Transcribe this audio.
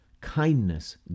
kindness